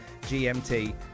GMT